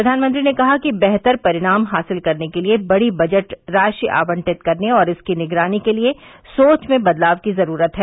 प्रधानमंत्री ने कहा कि बेहतर परिणाम हासिल करने के लिए बड़ी बजट राशि आवंटित करने और इसकी निगरानी के लिए सोच में बदलाव की ज़रूरत है